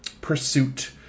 pursuit